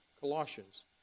Colossians